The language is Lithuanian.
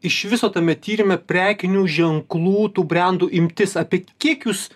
iš viso tame tyrime prekinių ženklų tų brendų imtis apie kiek jūs